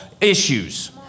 issues